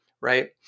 right